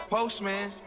Postman